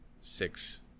six